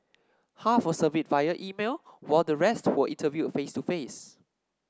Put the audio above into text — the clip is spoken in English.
half were surveyed via email while the rest were interviewed face to face